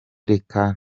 reka